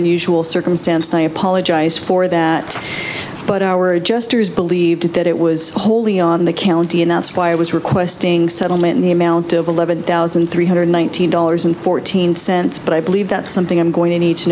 unusual circumstance and i apologize for that but our adjusters believed that it was wholly on the county and that's why it was requesting settlement in the amount of eleven thousand three hundred one thousand dollars and fourteen cents but i believe that's something i'm going to need to